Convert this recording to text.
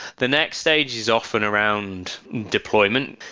the next stage is often around deployment,